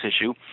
issue